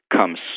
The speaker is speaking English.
comes